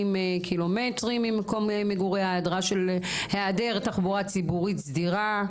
קילומטרים ממקום העדר תחבורה ציבורית סדירה.